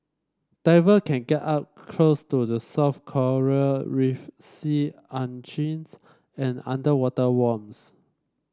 diver can get up close to the soft coral reef sea urchins and underwater worms